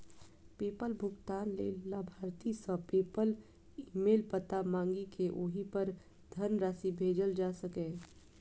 PayPal भुगतान लेल लाभार्थी सं पेपल ईमेल पता मांगि कें ओहि पर धनराशि भेजल जा सकैए